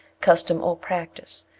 custom, or practice,